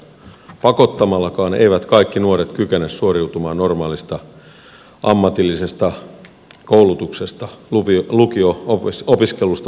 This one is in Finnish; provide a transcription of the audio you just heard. pakottamallakaan eivät kaikki nuoret kykene suoriutumaan normaalista ammatillisesta koulutuksesta lukio opiskelusta puhumattakaan